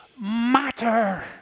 matter